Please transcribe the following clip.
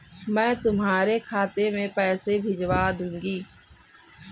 मैं तुम्हारे खाते में पैसे भिजवा दूँगी